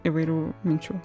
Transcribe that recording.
įvairių minčių